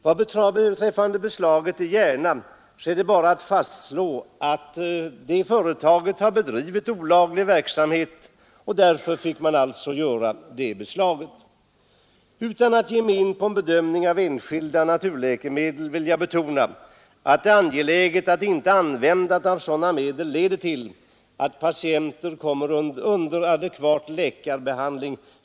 Vad beslaget i Järna angår är det bara att slå fast att det företaget har bedrivit olaglig verksamhet. Därför fick man göra det beslaget. Jag skall här inte ge mig in på någon bedömning av enskilda naturläkemedel utan vill bara betona det angelägna i att inte användningen av sådana medel leder till att patienter kommer för sent under adekvat läkarbehandling.